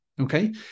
okay